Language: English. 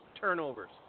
turnovers